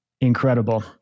incredible